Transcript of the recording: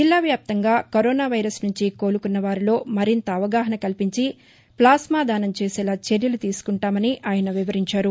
జిల్లా వ్యాప్తంగా కరోనా నుంచి కోలుకున్న వారిలో మరింత అవగాహన కల్పించి ప్లాస్మా దానం చేసేలా చర్యలు తీసుకొంటామని వివరించారు